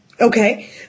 Okay